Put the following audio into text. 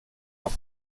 aus